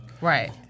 right